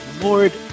Lord